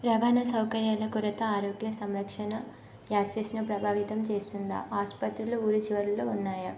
రవాణా సౌకర్యాల కొరత ఆరోగ్య సంరక్షణ యాక్సిస్ను ప్రభావితం చేసిందా ఆసుపత్రులు ఊరి చివరిలో ఉన్నాయా